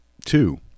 two